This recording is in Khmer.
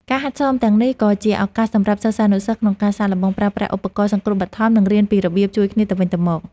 ការហាត់សមទាំងនេះក៏ជាឱកាសសម្រាប់សិស្សានុសិស្សក្នុងការសាកល្បងប្រើប្រាស់ឧបករណ៍សង្គ្រោះបឋម និងរៀនពីរបៀបជួយគ្នាទៅវិញទៅមក។